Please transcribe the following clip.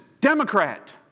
Democrat